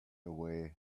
away